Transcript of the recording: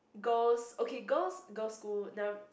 girls okay girls girls school the